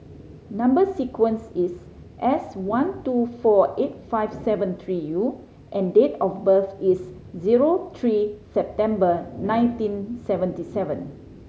number sequence is S one two four eight five seven three U and date of birth is zero three September nineteen seventy seven